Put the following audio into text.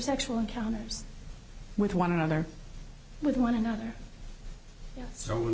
sexual encounters with one another with one another s